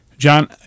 John